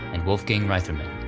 and wolfgang reitherman,